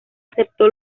aceptó